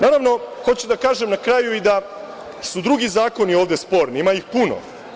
Naravno, hoću da kažem na kraju, da su drugi zakoni ovde sporni, ima ih puno.